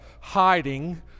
hiding